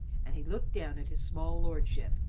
and he looked down at his small lordship,